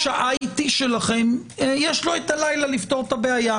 ה-IT שלכם יש לו הלילה לפתור את הבעיה.